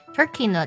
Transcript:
Turkey